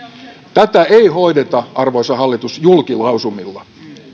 tätä ei hoideta arvoisa hallitus julkilausumilla